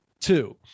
Two